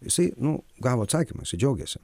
jisai nu gavo atsakymą jisai džiaugiasi